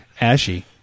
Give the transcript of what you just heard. Ashy